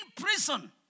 prison